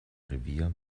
revier